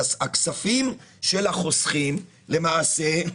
הכספים של החוסכים למעשה,